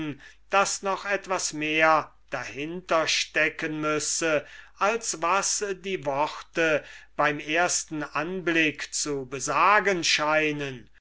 daß noch etwas mehr dahinter stecken müsse als was die worte beim ersten anblick zu besagen scheinen